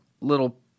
little